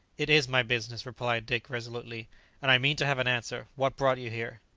it is my business replied dick resolutely and i mean to have an answer what brought you here?